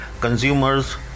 consumers